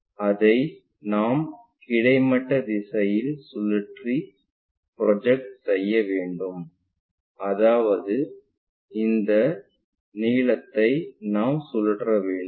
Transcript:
அதை நாம் கிடைமட்ட திசையில் சுழற்றி ப்ரொஜெக்ட் செய்ய வேண்டும் அதாவது இந்த நிலத்தை நாம் சுழற்ற வேண்டும்